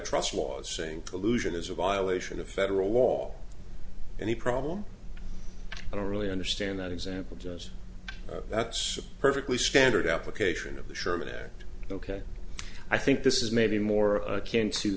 trust was saying collusion is a violation of federal wall and he problem i don't really understand that example just that's perfectly standard application of the sherman act ok i think this is maybe more akin to